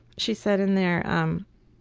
she said in there, um